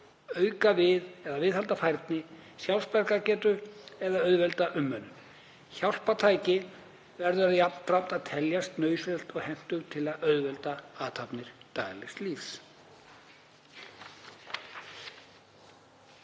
auka eða viðhalda færni og sjálfsbjargargetu eða auðvelda umönnun. Hjálpartækið verður jafnframt að teljast nauðsynlegt og hentugt til að auðvelda athafnir daglegs lífs.“